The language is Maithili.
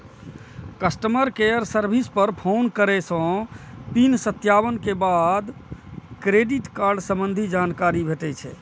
कस्टमर केयर सर्विस पर फोन करै सं पिन सत्यापन के बाद क्रेडिट कार्ड संबंधी जानकारी भेटै छै